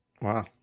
Wow